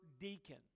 deacon